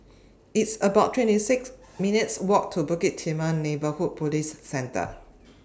It's about twenty six minutes' Walk to Bukit Timah Neighbourhood Police Centre